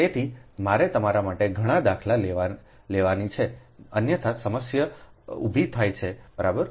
તેથી મારે તમારા માટે ઘણા દાખલા લેવાની છે અન્યથા સમસ્યા willભી થાય છે બરાબર